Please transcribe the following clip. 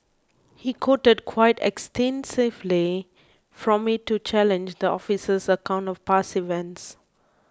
he quoted quite extensively from it to challenge the officer's account of past events